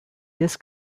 this